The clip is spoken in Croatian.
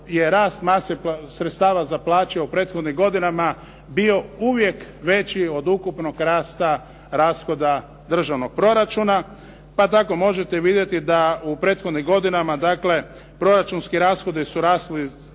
je rast sredstava za plaće u prethodnim godinama bio uvijek veći od ukupnog rasta rashoda državnog proračuna. Pa tako možete vidjeti da u prethodnim godinama dakle proračunski rashodi su rasli